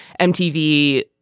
MTV